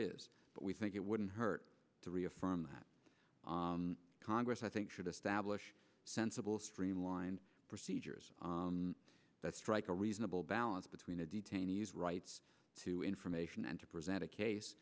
is but we think it wouldn't hurt to reaffirm that congress i think should establish sensible streamlined procedures that strike a reasonable balance between the detainees rights to information and to present a case